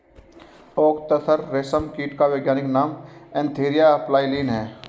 okay tasar रेशम कीट का वैज्ञानिक नाम एन्थीरिया प्राइलीन है